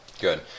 Good